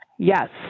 Yes